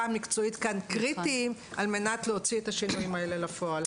המקצועית כאן קריטיים על מנת להוציא את השינויים האלה לפועל.